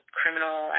criminal